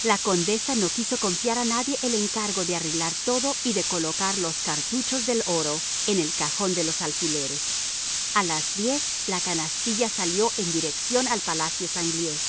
la condesa no quiso confiar a nadie el encargo de arreglarlo todo y de colocar los cartuchos del oro en el cajón de los alfileres a las diez la canastilla salió en dirección al palacio sanglié